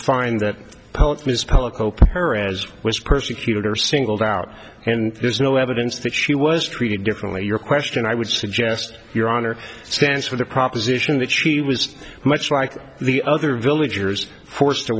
open her as was persecuted or singled out and there's no evidence that she was treated differently your question i would suggest your honor stands for the proposition that she was much like the other villagers forced to